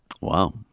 Wow